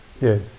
Yes